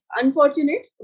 unfortunate